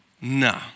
No